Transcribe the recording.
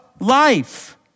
life